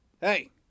hey